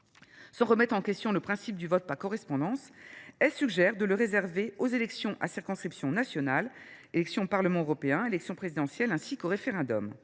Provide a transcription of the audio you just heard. Sans remettre en question le principe du vote par correspondance, elle a décidé de le réserver aux élections à circonscription nationale : les élections au Parlement européen, l’élection présidentielle, ainsi que les référendums.